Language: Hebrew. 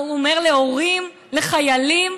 הוא אומר להורים לחיילים,